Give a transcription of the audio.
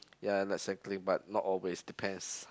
ya I like cycling but not always depends